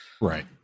Right